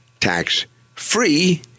tax-free